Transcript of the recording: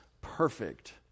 perfect